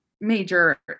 major